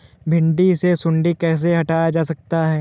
भिंडी से सुंडी कैसे हटाया जा सकता है?